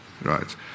right